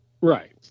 Right